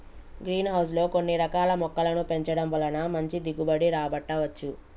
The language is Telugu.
గ్రీన్ హౌస్ లో కొన్ని రకాల మొక్కలను పెంచడం వలన మంచి దిగుబడి రాబట్టవచ్చు